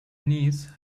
knees